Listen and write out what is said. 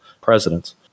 presidents